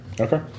Okay